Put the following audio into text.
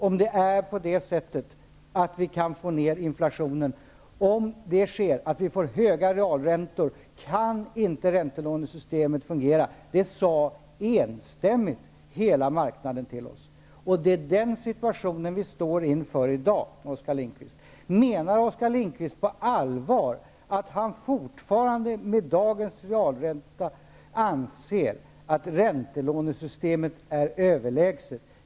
Om vi kan få ner inflationen och vi får höga realräntor, kan räntelånesystemet inte fungera, sade hela marknaden enstämmigt till oss. Det är den situationen vi står inför i dag, Oskar Menar Oskar Lindkvist på allvar att han fortfarande med dagens realränta anser att räntelånesystemet är överlägset?